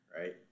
right